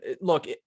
Look